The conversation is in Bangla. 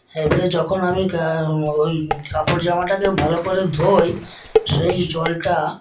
এবারে যখন আমি ওই কাপড় জামাটাকে ভালো করে ধুই সেই জলটা